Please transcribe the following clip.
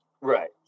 Right